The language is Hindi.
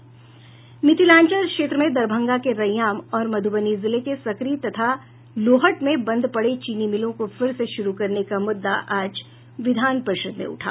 मिथिलांचल क्षेत्र में दरभंगा के रैयाम और मध्रबनी जिले के सकरी तथा लोहट में बंद पडे चीनी मिलों को फिर से शुरु करने का मुद्दा आज विधान परिषद में उठा